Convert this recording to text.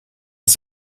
was